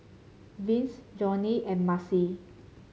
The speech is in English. Vince Jonnie and Maci